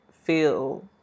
feel